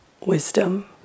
wisdom